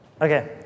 Okay